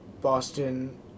Boston